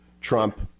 Trump